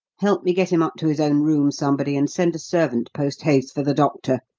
help me get him up to his own room, somebody, and send a servant post-haste for the doctor,